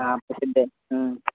हां प्रसिद्ध आहे